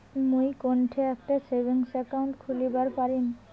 মুই কোনঠে একটা সেভিংস অ্যাকাউন্ট খুলিবার পারিম?